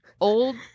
old